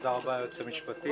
תודה רבה היועץ המשפטי.